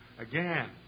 again